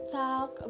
talk